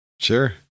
Sure